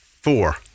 four